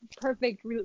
perfect